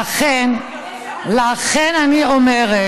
לכן, למה לדבר ככה?